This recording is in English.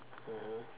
mmhmm